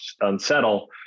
unsettle